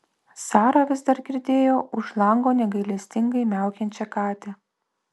sara vis dar girdėjo už lango negailestingai miaukiančią katę